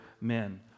men